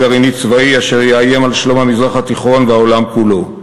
גרעיני צבאי אשר יאיים על שלום המזרח התיכון והעולם כולו.